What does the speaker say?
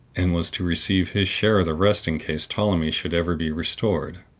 and was to receive his share of the rest in case ptolemy should ever be restored.